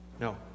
No